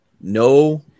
No